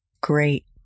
Great